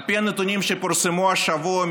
על פי הנתונים שפורסמו השבוע,